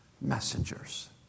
messengers